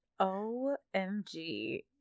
Omg